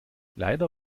leider